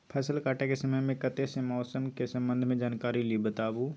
फसल काटय के समय मे कत्ते सॅ मौसम के संबंध मे जानकारी ली बताबू?